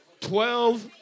twelve